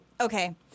Okay